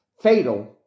fatal